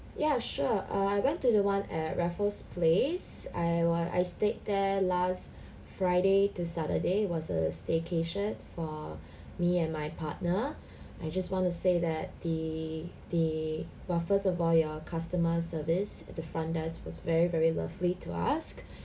ya sure err I went to the one at raffles place I were I stayed there last friday to saturday was a staycation for me and my partner I just want to say that the the !wah! first of all your customer service at the front desk was very very lovely to us